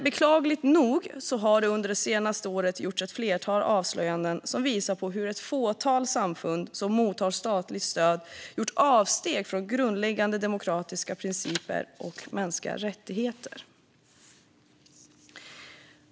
Beklagligt nog har det dock under det senaste året gjorts ett flertal avslöjanden som visat hur ett fåtal samfund som mottar statligt stöd gjort avsteg från grundläggande demokratiska principer och mänskliga rättigheter.